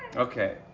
okay.